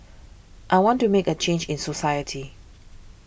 I want to make a change in society